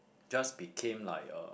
just became like a